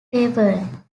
tavern